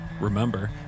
Remember